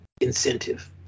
incentive